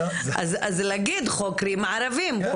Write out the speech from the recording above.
אז להגיד חוקרים ערבים.